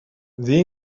the